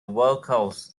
vocals